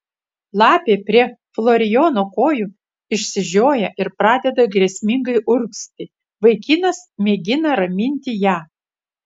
lapė prie florijono kojų išsižioja ir pradeda grėsmingai urgzti vaikinas mėgina raminti ją